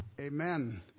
Amen